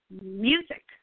music